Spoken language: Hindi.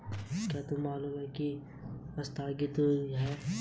क्या तुम्हें मालूम है कि क्रेडिट भी एक प्रकार का आस्थगित भुगतान होता है?